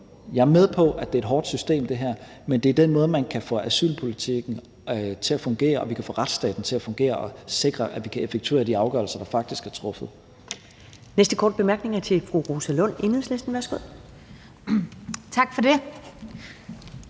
Jeg er med på, at det her er et hårdt system. Men det er den måde, man kan få asylpolitikken til at fungere og vi kan få retsstaten til at fungere på og sikre, at vi kan effektuere de afgørelser, der faktisk er truffet. Kl. 11:57 Første næstformand (Karen Ellemann): Den